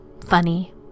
funny